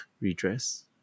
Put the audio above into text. redress